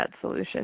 solution